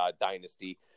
dynasty